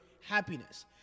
happiness